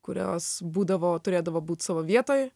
kurios būdavo turėdavo būti savo vietoj